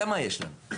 זה מה שיש לנו.